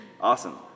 awesome